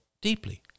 deeply